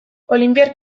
olinpiar